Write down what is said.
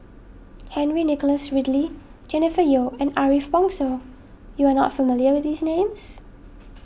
Henry Nicholas Ridley Jennifer Yeo and Ariff Bongso you are not familiar with these names